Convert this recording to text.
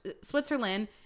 Switzerland